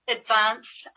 advanced